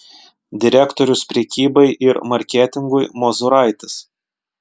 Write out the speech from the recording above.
direktorius prekybai ir marketingui mozuraitis